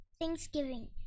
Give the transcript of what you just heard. thanksgiving